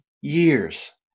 years